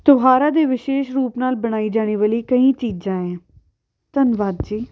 ਤਿਉਹਾਰਾਂ ਦੇ ਵਿਸ਼ੇਸ਼ ਰੂਪ ਨਾਲ਼ ਬਣਾਈ ਜਾਣ ਵਾਲੀ ਕਈ ਚੀਜ਼ਾਂ ਏ ਧੰਨਵਾਦ ਜੀ